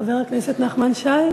חבר הכנסת נחמן שי.